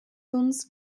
uns